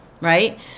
right